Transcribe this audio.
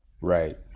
Right